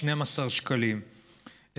12 שקלים,